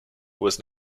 was